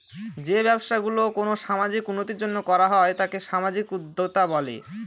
যে ব্যবসা গুলো কোনো সামাজিক উন্নতির জন্য করা হয় তাকে সামাজিক উদ্যক্তা বলে